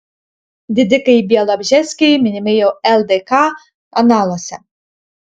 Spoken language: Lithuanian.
didikai bialobžeskiai minimi jau ldk analuose